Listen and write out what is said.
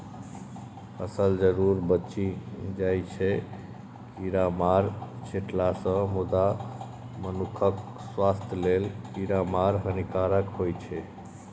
फसल जरुर बचि जाइ छै कीरामार छीटलासँ मुदा मनुखक स्वास्थ्य लेल कीरामार हानिकारक होइ छै